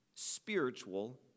Spiritual